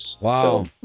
Wow